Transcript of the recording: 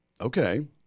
Okay